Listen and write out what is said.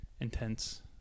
intense